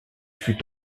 fut